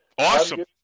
Awesome